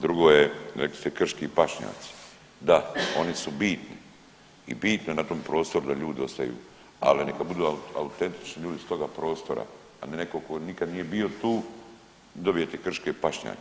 Drugo je rekli ste krški pašnjaci, da oni su bitni i bitno je na tom prostoru da ljudi ostaju, ali neka budu autentični ljudi s toga prostora, a ne netko tko nikad nije bio tu i dobije te krše pašnjake.